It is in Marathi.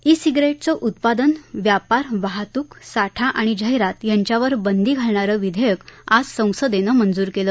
ई सिगारेटचं उत्पादन व्यापार वाहतूक साठा आणि जाहिरात याच्यावर बंदी घालणारं विधेयक आज संसदेनं मंजूर केलं